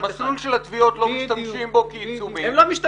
מסלול של התביעות לא משתמשים בו כי --- בקיצור,